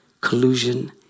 Collusion